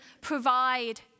provide